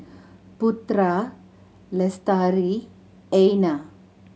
Putra Lestari Aina